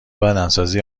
بدنسازی